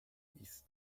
ist